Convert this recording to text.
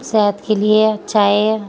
صحت کے لیے اچھا ہے